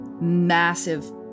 Massive